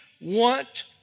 want